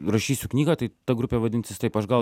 rašysiu knygą tai ta grupė vadinsis taip aš gal